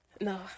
No